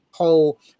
whole